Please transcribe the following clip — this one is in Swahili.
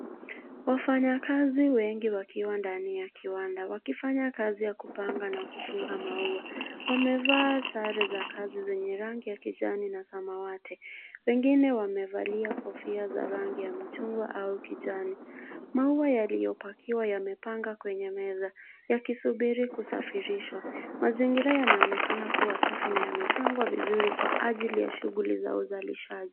Wafanyakazi wengi wakiwa ndani ya kiwanda wakianya kazi ya kupanga na kufunga maua. Wamevaa sare za kazi zenye rangi ya kijani na samawati. Wengine wamevalia kofia za rangi ya machungwa au kijani. Maua yaliyopakiwa yamepangwa kwenye meza yakisubiri kusafirishwa. Mazingira yanaonekana kuwa safi na yamepangwa vizuri kwa ajili ya shughuli ya uzalishaji.